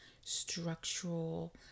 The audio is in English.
structural